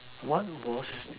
what was